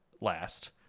last